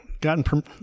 gotten